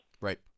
right